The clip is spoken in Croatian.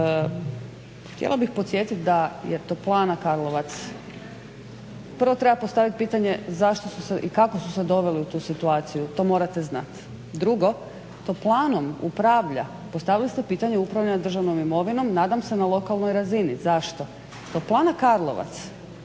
Htjela bih podsjetiti da je toplana Karlovac, prvo treba postavit pitanje zašto su se i kako su se doveli u tu situaciju, to morate znat. Drugo, toplanom upravlja, postavili ste pitanje upravljanja državnom imovinom, nadam se na lokalnoj razini, zašto? Toplana Karlovac